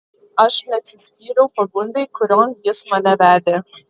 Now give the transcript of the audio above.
aš neatsispyriau pagundai kurion jis mane vedė